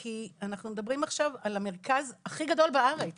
כי אנחנו מדברים עכשיו על המרכז הכי גדול בארץ